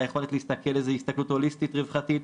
על היכולת להסתכל הסתכלות הוליסטית רווחתי,